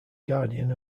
guardian